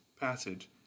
passage